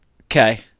Okay